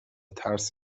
ترس